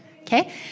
Okay